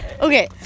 Okay